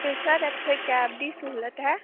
ਅਤੇ ਸਰ ਇੱਥੇ ਕੈਬ ਦੀ ਸਹੂਲਤ ਹੈ